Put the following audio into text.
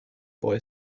boy